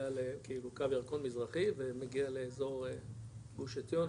לכאילו קו ירקון מזרחי ומגיע לאזור גוש עציון,